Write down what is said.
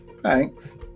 thanks